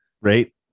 Right